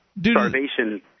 starvation